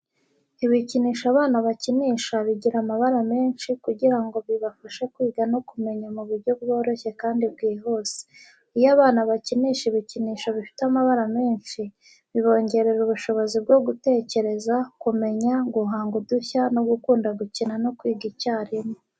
Ibikinisho abana bakinisha bigira amabara menshi kugira ngo bibafashe kwiga no kumenya mu buryo bworoshye kandi bwihuse. Iyo abana bakinisha ibikinisho bifite amabara menshi, bibongerera ubushobozi bwo gutekereza, kumenya, guhanga udushya no gukunda gukina no kwiga icyarimwe.